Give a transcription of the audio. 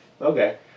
Okay